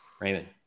Raymond